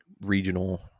regional